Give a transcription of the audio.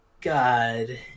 God